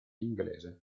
inglese